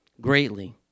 greatly